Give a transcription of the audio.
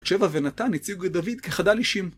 שבע ונתן הציגו את דוד כחדל אישים.